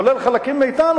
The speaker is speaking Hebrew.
כולל חלקים מאתנו,